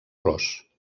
ros